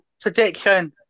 prediction